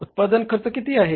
उत्पादन खर्च किती आहे